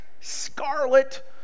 scarlet